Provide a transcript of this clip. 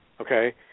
okay